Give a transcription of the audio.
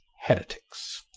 heretics.